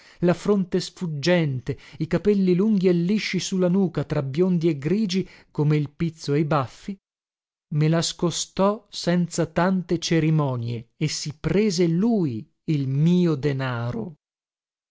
la fronte sfuggente i capelli lunghi e lisci su la nuca tra biondi e grigi come il pizzo e i baffi me la scostò senza tante cerimonie e si prese lui il mio denaro